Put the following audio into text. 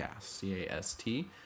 C-A-S-T